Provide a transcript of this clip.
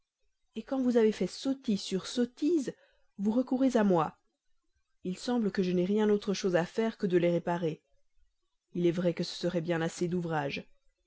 et quand vous avez fait sottise sur sottise vous recourez à moi il semble que je n'aie rien autre chose à faire qu'à les réparer il est vrai que ce seroit bien assez d'ouvrage